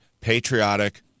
patriotic